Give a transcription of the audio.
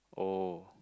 oh